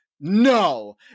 no